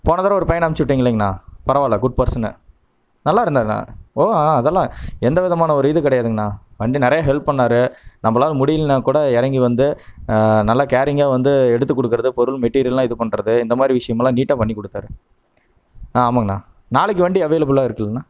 போன தடவை ஒரு பையனை அனுப்பிச்சி விட்டிங்க இல்லைங்கண்ணா பரவாயில்லை குட் பெர்சனு நல்லா இருந்தாருண்ணா ஓ ஆ அதெல்லாம் எந்த விதமான ஒரு இதுவும் கிடையாதுங்கண்ணா வந்து நிறையா ஹெல்ப் பண்ணாரு நம்மளால முடியலைன்னா கூட இறங்கி வந்து நல்லா கேரிங்காக வந்து எடுத்து கொடுக்கறது பொருள் மெட்டிரியெல்லாம் இது பண்றது இந்த மாதிரி விஷயமெல்லாம் நீட்டாக பண்ணி கொடுத்தாரு ஆ ஆமாங்கண்ணா நாளைக்கு வண்டி அவைலபிளாக இருக்குதுல்லைண்ணா